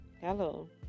Hello